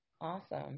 Awesome